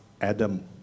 Adam